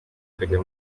akajya